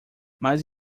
mais